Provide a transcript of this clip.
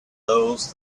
those